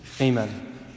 Amen